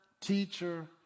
teacher